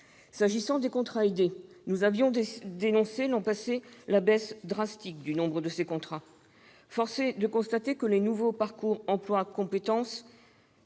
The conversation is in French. Concernant les contrats aidés, nous avions dénoncé, l'an passé, la baisse drastique de leur nombre. Force est de constater que les nouveaux parcours emploi compétences